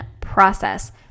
process